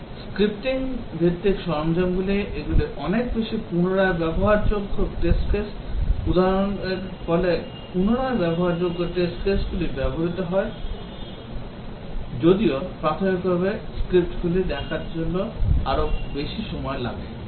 scripting ভিত্তিক সরঞ্জামগুলি এগুলি অনেক বেশি পুনরায় ব্যবহারযোগ্য test case উৎপাদনের ফলে পুনরায় ব্যবহারযোগ্য test caseগুলি তৈরি হয় যদিও প্রাথমিকভাবে স্ক্রিপ্টগুলি লেখার জন্য আরও সময় লাগে